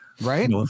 Right